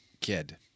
kid